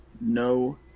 no